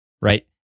right